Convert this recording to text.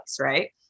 right